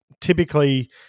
typically